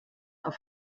auf